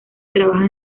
trabaja